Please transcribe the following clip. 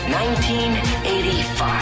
1985